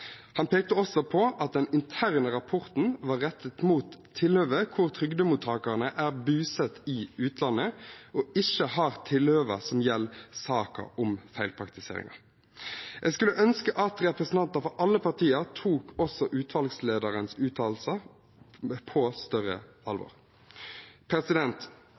Han pekte også på at den interne rapporten var rettet mot tilfeller der trygdemottakerne er bosatt i utlandet, og ikke tilfeller som gjelder saken om feilpraktiseringen. Jeg skulle ønske at representanter fra alle partier tok utvalgslederens uttalelser på større alvor.